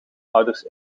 ouders